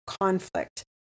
conflict